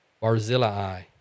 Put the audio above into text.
Barzillai